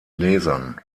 lesern